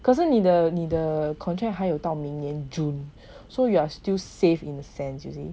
可是你的你的 contract 还有到明年 june so you are still safe in a century